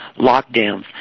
lockdowns